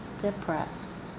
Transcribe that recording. depressed